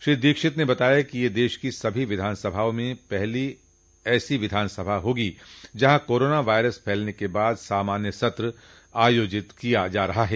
श्री दीक्षित ने बताया कि यह देश की सभी विधानसभाओं में पहली ऐसी विधानसभा होगी जहां कोरोना वायरस फैलने के बाद सामान्य सत्र आयोजित किया जा रहा है